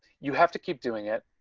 you have to keep doing it.